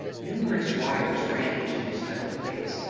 numerous wires ran into these metal plates,